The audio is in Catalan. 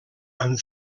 amb